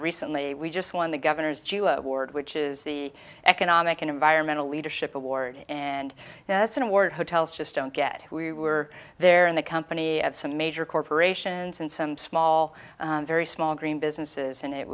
recently we just won the governor's jew award which is the economic and environmental leadership award and that's an award hotels just don't get we were there in the company of some major corporations in some small very small green businesses and it